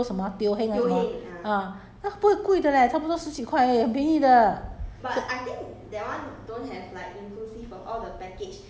很贵我们去这个这个那个那个 Teo 什么 ah Teo Heng 还是什么 ah uh 那个不会贵的 leh 差不多十几块而已很便宜的